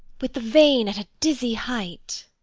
with the vane at a dizzy height.